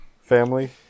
family